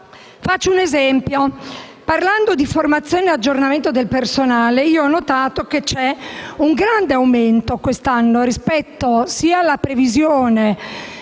Faccio un esempio. Parlando di formazione e aggiornamento del personale ho notato che quest'anno vi è un grande aumento rispetto sia alla previsione